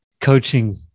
coaching